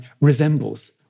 resembles